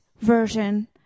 version